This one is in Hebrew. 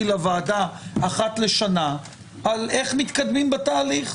לוועדה אחת לשנה על איך מתקדמים בתהליך.